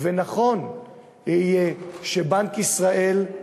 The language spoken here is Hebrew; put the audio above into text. ונכון יהיה שבנק ישראל,